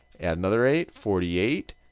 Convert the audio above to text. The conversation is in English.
add another eight, forty eight.